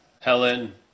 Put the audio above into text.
Helen